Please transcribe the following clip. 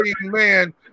man